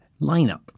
lineup